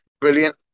brilliant